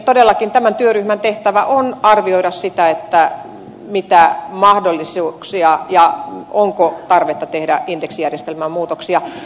todellakin tämän työryhmän tehtävä on arvioida sitä mitä mahdollisuuksia on ja onko tarvetta tehdä indeksijärjestelmään muutoksia